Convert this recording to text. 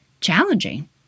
challenging